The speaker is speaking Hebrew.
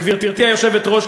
גברתי היושבת-ראש,